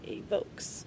evokes